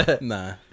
Nah